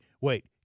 wait